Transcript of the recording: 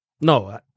No